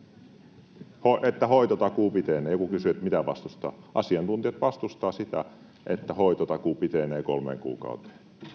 — että hoitotakuu pitenee. Joku kysyi, mitä vastustaa. Asiantuntijat vastustavat sitä, että hoitotakuu pitenee kolmeen kuukauteen.